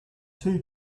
two